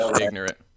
ignorant